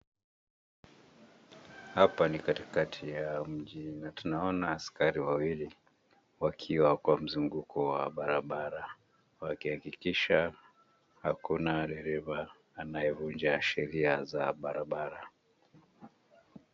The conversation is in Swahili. Hapa ni katikati ya mji na tunaona askari wawili, wakikwa kwa mzunguko wa barabara, wakihakikisha hakuna dereva anayevunja sheria za barabara.